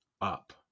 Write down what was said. up